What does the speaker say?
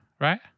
right